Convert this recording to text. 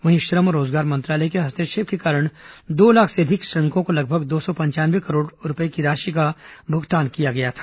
वहीं श्रम और रोजगार मंत्रालय के हस्तक्षेप के कारण दो लाख से अधिक श्रमिकों को लगभग दो सौ पंचानवे करोड़ की राशि का भुगतान किया गया था